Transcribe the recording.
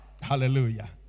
Hallelujah